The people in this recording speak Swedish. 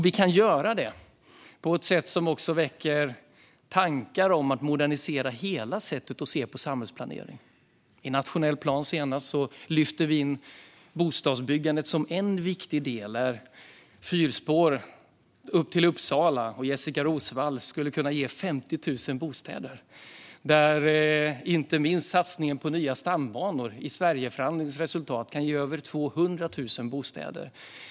Vi kan göra det på ett sätt som också väcker tankar om att modernisera hela synen på samhällsplanering. I senaste nationell plan lyfte vi in bostadsbyggandet som en viktig del. Fyrspår till Jessica Roswalls Uppsala kan ge 50 000 bostäder, och satsningen på nya stambanor tack vare Sverigeförhandlingen kan ge över 200 000 bostäder.